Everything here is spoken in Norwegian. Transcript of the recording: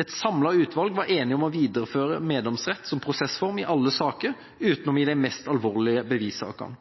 Et samlet utvalg var enige om å videreføre meddomsrett som prosessform i alle saker utenom i de mest alvorlige bevisankesakene.